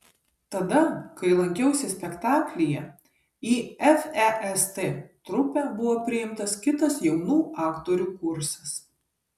tada kai lankiausi spektaklyje į fest trupę buvo priimtas kitas jaunų aktorių kursas